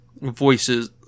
voices